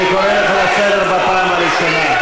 אני קורא אותך לסדר בפעם הראשונה.